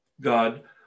God